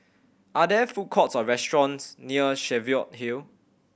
are there food courts or restaurants near Cheviot Hill